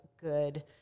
good